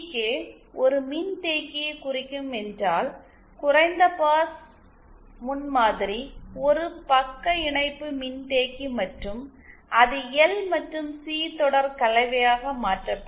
K ஒரு மின்தேக்கியைக் குறிக்கும் என்றால் குறைந்த பாஸ் முன்மாதிரி ஒரு பக்க இணைப்பு மின்தேக்கி மற்றும் அது எல் மற்றும் சி தொடர் கலவையாக மாற்றப்படும்